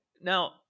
now